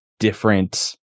different